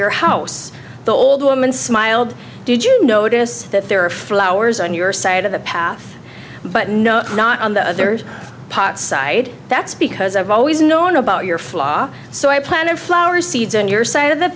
your house the old woman smiled did you notice that there are flowers on your side of the path but no not on the pot side that's because i've always known about your flaw so i planted flowers seeds on your side of the